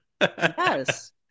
Yes